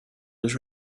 was